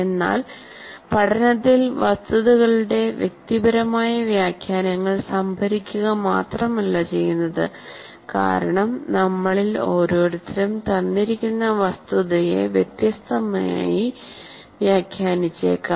എന്നാൽ പഠനത്തിൽ വസ്തുതകളുടെ വ്യക്തിപരമായ വ്യാഖ്യാനങ്ങൾ സംഭരിക്കുക മാത്രമല്ല ചെയ്യുന്നത് കാരണം നമ്മിൽ ഓരോരുത്തരും തന്നിരിക്കുന്ന വസ്തുതയെ വ്യത്യസ്തമായി വ്യാഖ്യാനിച്ചേക്കാം